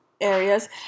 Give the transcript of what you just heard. areas